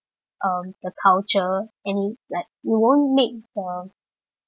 um the culture and it like you won't make the